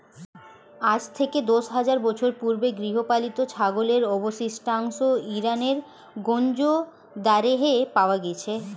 আজ থেকে দশ হাজার বছর পূর্বে গৃহপালিত ছাগলের অবশিষ্টাংশ ইরানের গঞ্জ দারেহে পাওয়া গেছে